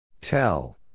Tell